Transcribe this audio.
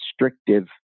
restrictive